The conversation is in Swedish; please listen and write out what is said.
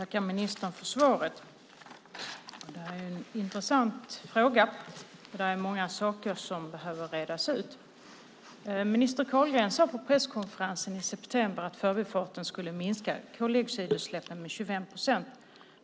Fru talman! Jag tackar ministern för svaret. Det här är en intressant fråga. Det är många saker som behöver redas ut. Minister Carlgren sade på presskonferensen i september att förbifarten skulle göra att koldioxidutsläppen minskas med 25 procent.